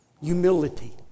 Humility